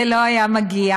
זה לא היה מגיע.